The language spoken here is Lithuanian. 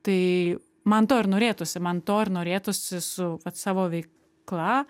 tai man to ir norėtųsi man to ir norėtųsi su vat savo veikla